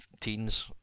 teens